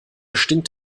stinkt